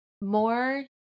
more